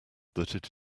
that